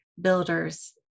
builders